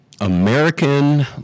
American